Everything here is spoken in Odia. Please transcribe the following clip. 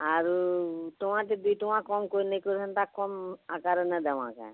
ଆରୁ ଟଙ୍କାଟେ ଦୁଇ ଟଙ୍କା କମ୍ କରି ନେଇକରି ହେନ୍ତା କମ୍ ଆକାରେ ନେଇ ଦେମା କେଁ